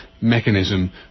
mechanism